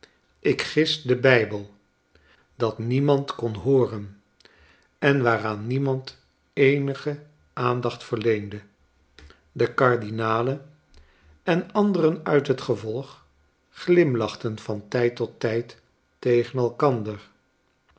ik gis de bijbel dat niemand kon hooren en waaraan niemand eenige aandacht verleende de kardinalen en anderen uit het gevolg glimlachten van tijd tot tijd tegen elkander